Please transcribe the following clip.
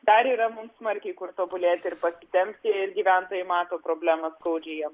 dar yra mums smarkiai kur tobulėti ir pasitempti ir gyventojai mato problemąskaudžiąją